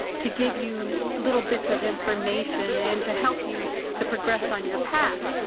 to give you little bits of information and to help you to progress on your path.